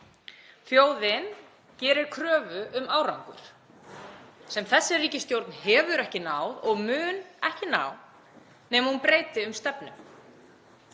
Þjóðin gerir kröfu um árangur sem þessi ríkisstjórn hefur ekki náð og mun ekki ná nema hún breyti um stefnu.